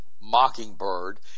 Mockingbird